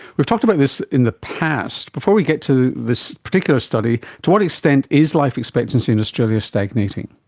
we've talked about this in the past. before we get to this particular study, to what extent is life expectancy in australia stagnating?